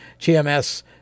GMS